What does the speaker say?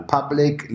Public